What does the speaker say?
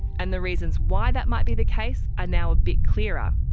and the reasons why that might be the case are now a bit clearer,